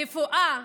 רפואה,